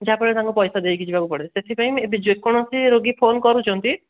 ଯାହା ଫଳରେ ତାଙ୍କୁ ପଇସା ଦେଇକି ଯିବାକୁ ପଡ଼େ ସେଥିପାଇଁ ଏବେ ଯେକୌଣସି ରୋଗୀ ଫୋନ୍ କରୁଛନ୍ତି